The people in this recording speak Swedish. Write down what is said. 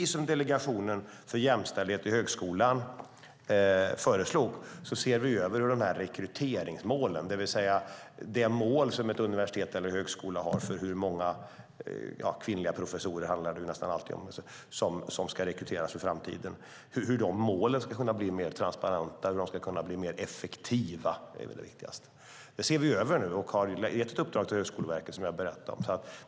Som Delegationen för jämställdhet i högskolan föreslog ser vi över rekryteringsmålen, det vill säga hur de mål som ett universitet eller en högskola har för hur många kvinnliga - det är ju oftast det det handlar om - professorer som ska rekryteras i framtiden ska bli mer transparenta och mer effektiva. Vi ser över det nu, och det är ett uppdrag till Högskoleverket.